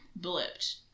blipped